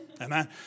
Amen